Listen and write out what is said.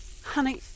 Honey